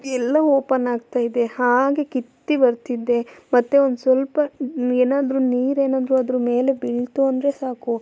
ಎಲ್ಲ ಓಪನ್ ಆಗ್ತಾಯಿದೆ ಹಾಗೇ ಕಿತ್ತು ಬರ್ತಿದೆ ಮತ್ತೆ ಒಂದು ಸ್ವಲ್ಪ ಏನಾದರೂ ನೀರೇನಾದರೂ ಅದ್ರ ಮೇಲೆ ಬಿತ್ತು ಅಂದರೆ ಸಾಕು